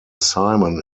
simon